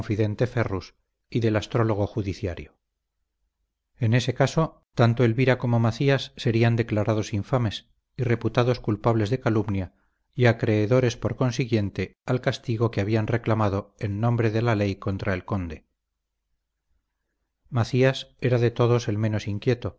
confidente ferrus y del astrólogo judiciario en ese caso tanto elvira como macías serían declarados infames y reputados culpables de calumnia y acreedores por consiguiente al castigo que habían reclamado en nombre de la ley contra el conde macías era de todos el menos inquieto